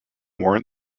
warrant